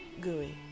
gooey